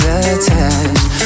attached